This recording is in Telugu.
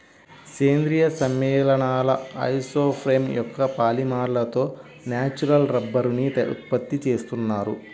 సేంద్రీయ సమ్మేళనాల ఐసోప్రేన్ యొక్క పాలిమర్లతో న్యాచురల్ రబ్బరుని ఉత్పత్తి చేస్తున్నారు